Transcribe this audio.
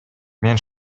мен